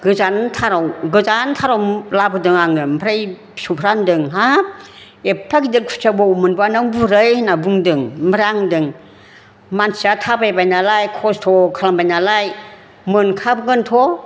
गोजान थाराव लाबोदों आङो ओमफ्राय फिसौफ्रा होनदों हाब एफा गिदिर खुसिया बबाव मोनबोआ नों बुरै होनदों ओमफ्राय आं होनदों मानसिया थाबायबाय नालाय खस्त' खालामबाय नालाय मोनखागोनथ'